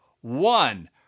one